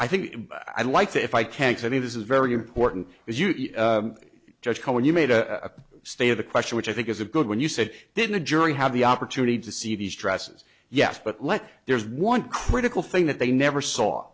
i think i'd like to if i can't i mean this is very important as you judge when you made a state of the question which i think is a good when you said didn't a jury have the opportunity to see these dresses yes but let's there's one critical thing that they never saw